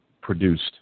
produced